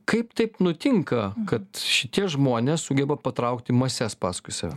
kaip taip nutinka kad šitie žmonės sugeba patraukti mases paskui save